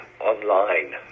online